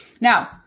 Now